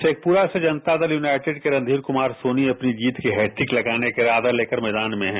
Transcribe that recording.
शेखपुरा में जनता दल यूनाइटेड के रणधीर कुमार सोनी अपनी जीत की हैट्रिक लगाने का इरादा लेकर फिर मैदान में हैं